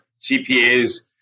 CPAs